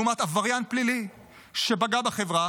ובין עבריין פלילי שפגע בחברה,